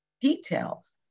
details